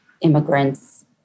immigrants